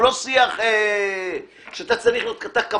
הוא לא שיח שאתה צריך להיות קפוץ,